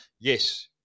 Yes